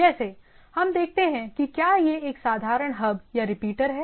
जैसे हम देखते हैं कि क्या यह एक साधारण हब या रिपीटर है